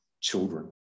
children